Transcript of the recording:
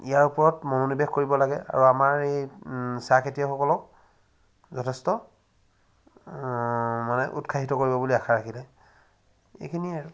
ইয়াৰ ওপৰত মনোনিৱেশ কৰিব লাগে আৰু আমাৰ এই চাহ খেতিয়কসকলক যথেষ্ট মানে উৎসাহিত কৰিব বুলি আশা থাকিলে এইখিনিয়ে আৰু